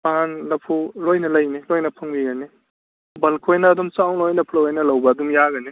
ꯄꯥꯟ ꯂꯐꯨ ꯂꯣꯏꯅ ꯂꯩꯅꯤ ꯂꯣꯏꯅ ꯐꯪꯕꯤꯒꯅꯤ ꯕꯜꯛ ꯑꯣꯏꯅ ꯑꯗꯨꯝ ꯆꯥꯎ ꯂꯣꯏꯅ ꯄꯨꯂꯞ ꯑꯣꯏꯅ ꯂꯧꯕ ꯑꯗꯨꯝ ꯌꯥꯒꯅꯤ